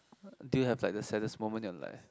do you have like the saddest moment in your life